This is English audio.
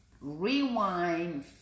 rewind